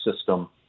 system